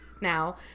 now